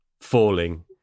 falling